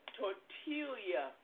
tortilla